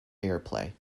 airplay